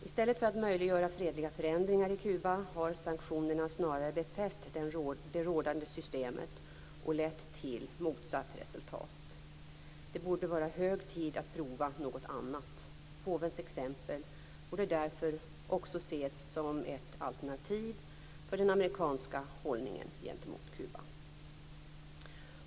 I stället för att möjliggöra fredliga förändringar på Kuba har sanktionerna snarare befäst det rådande systemet och lett till motsatt resultat. Det borde vara hög tid att pröva något annat. Påvens exempel borde därför också ses som ett alternativ för den amerikanska hållningen gentemot Kuba.